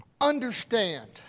understand